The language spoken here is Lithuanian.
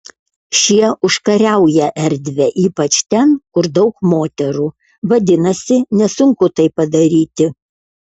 šie užkariauja erdvę ypač ten kur daug moterų vadinasi nesunku tai padaryti